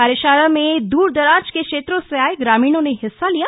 कार्यशाला में दूर दूराज के क्षेत्रों से आर्य ग्रामीणों ने हिस्सा लिया